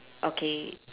okay